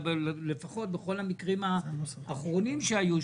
לפחות בכל המקרים האחרונים שהיו,